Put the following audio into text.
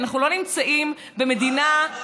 אנחנו לא נמצאים במדינה,